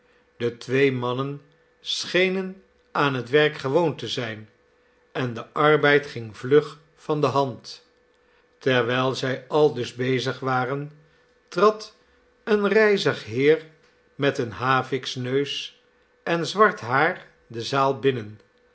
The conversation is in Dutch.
de twee mannen schenen aan het werk gewoon te zijn en de arbeid ging vlug van de hand terwijl zij aldus bezig waren trad een rijzig heer met eeh haviksneus en zwart haar de zaal binnen